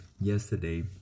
yesterday